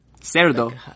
Cerdo